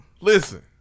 Listen